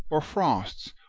or frosts,